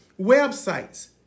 websites